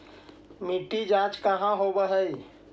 मिट्टी जाँच कहाँ होव है?